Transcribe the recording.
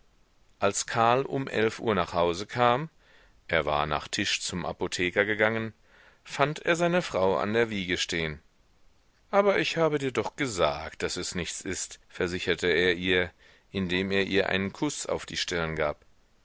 als karl um elf uhr nach hause kam er war nach tisch zum apotheker gegangen fand er seine frau an der wiege stehen aber ich habe dir doch gesagt daß es nichts ist versicherte er ihr indem er ihr einen kuß auf die stirn gab